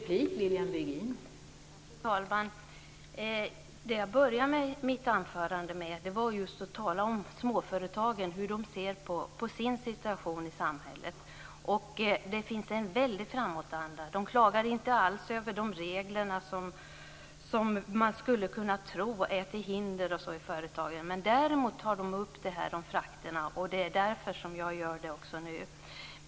Fru talman! Det jag började mitt anförande med var just att tala om småföretagen och hur de ser på sin situation i samhället. Det finns en väldig framåtanda. De klagar inte alls över de regler som man skulle kunna tro är till hinder för företagen. Däremot tar de upp detta med frakterna, och det är därför jag också gör det nu.